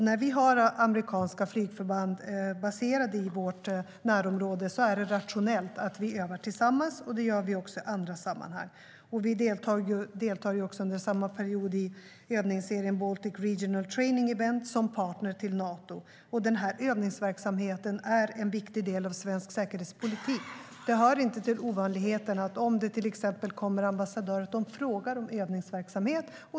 När vi har amerikanska flygförband baserade i vårt närområde är det rationellt att vi övar tillsammans. Det gör vi också i andra sammanhang. Vi deltar under samma period i övningsserien Baltic Region Training Event som partner till Nato. Den här övningsverksamheten är en viktig del av svensk säkerhetspolitik. Det hör inte till ovanligheterna att till exempel ambassadörer frågar om övningsverksamhet.